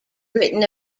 written